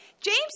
james